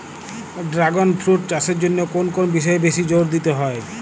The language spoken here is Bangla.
ড্রাগণ ফ্রুট চাষের জন্য কোন কোন বিষয়ে বেশি জোর দিতে হয়?